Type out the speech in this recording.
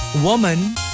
woman